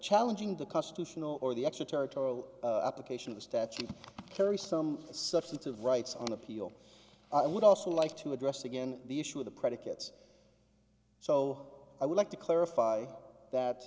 challenging the constitutional or the extraterritorial application of the statute carry some substantive rights on appeal i would also like to address again the issue of the predicates so i would like to clarify that